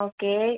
okay